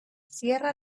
cierra